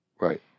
Right